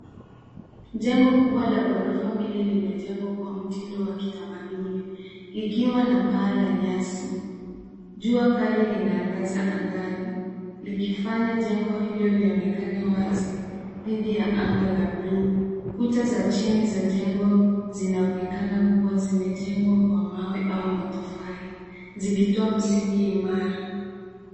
Jengo kubwa la ghorofa mbili limejengwa kwa mtindo wa kitamaduni likiwa na paa la nyasi. Jua kali linaangaza angani likifanya jengo hilo lionekana wazi dhidi ya anga la bluu. Kuta za chini za jengo zinaonekana kuwa zimejengwa kwa mawe au matofali zikitoa msingi imara.